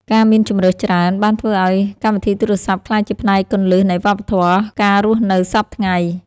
ការមានជម្រើសច្រើន បានធ្វើឱ្យកម្មវិធីទូរសព្ទក្លាយជាផ្នែកគន្លឹះនៃវប្បធម៌ការរស់នៅសព្វថ្ងៃ។